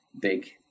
big